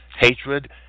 hatred